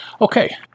okay